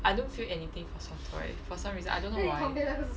I don't feel anything for soft toy for some reason I don't know why